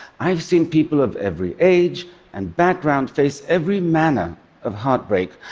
i have seen people of every age and background face every manner of heartbreak,